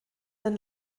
den